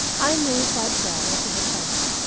i knew quite well what he had found.